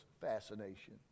fascination